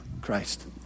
Christ